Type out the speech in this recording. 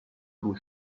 blue